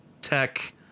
tech